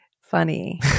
funny